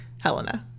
Helena